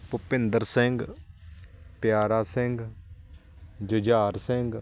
Bhupinder Singh Piara Singh Jujhar Singh